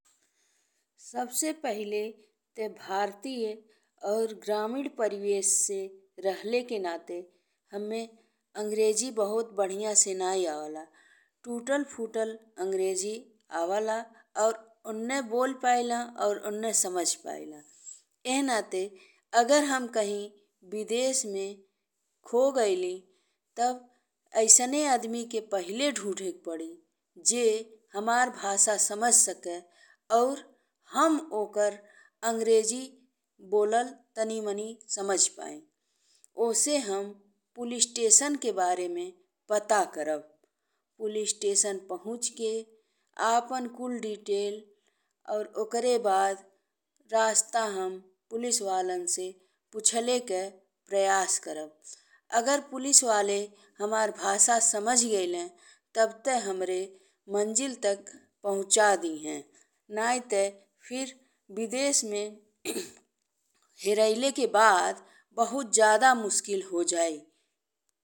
सबसे पहिले ते भारतीय और ग्रामीण परिवेश से रहले के नाते हम्मे अंग्रेजी बहुत बढ़िया से नाहीं आवेला। टूटल फुटल अंग्रेजी आवेला और ओने बोल पइला और ओने समझ पइला। एह नाते अगर हम कहीं विदेश में खो गइली तब ऐसने आदमी के पहिले ढूँढे के पड़ी जे हर भाषा समझ सके और हम ओकर अंग्रेजी बोलेला तनी मनी समझ पाई। ओसे हम पुलिस स्टेशन के बारे में पता करब। पुलिस स्टेशन पहुँचि के आपन कुल डिटेल और ओकर बाद रस्ता हम पुलिस वाला से पूछल के प्रयास करब। अगर पुलिस वाला हमार भाषा समझ गइले तब ते हमरे मंजिल तक पहुँचा दिहे। नाहीं ते फिर विदेश में हेराइल के बाद बहुत ज़्यादा मुश्किल हो जाई।